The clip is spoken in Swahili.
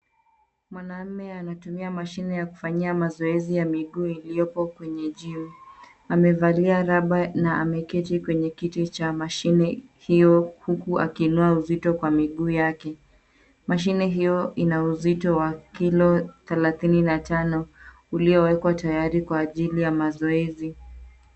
Mwanaume anatumia mashine ya kufanyia mazoezi ya miguu iliopo kwenye cs[gym]cs. Amevalia raba na ameketi kwenye kiti cha mashine hiyo huku akiinuua uzito kwa miguu yake. Mashine hiyo ina uzito wa kilo thelathini na tano, uliyowekwa tayari kwa ajili ya mazoezi.